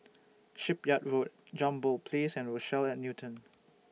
Shipyard Road Jambol Place and Rochelle At Newton